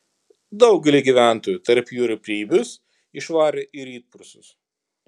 daugelį gyventojų tarp jų ir preibius išvarė į rytprūsius